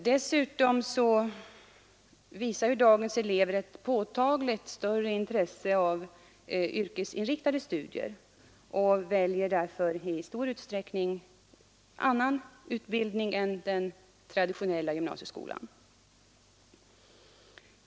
Dessutom visar dagens elever ett påtagligt större intresse för yrkesin 63 riktade studier och väljer därför i stor utsträckning annan utbildning än den traditionella gymnasieskolans.